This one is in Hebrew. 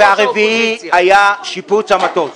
והרביעי היה שיפוץ המטוס.